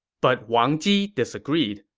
but wang ji disagreed.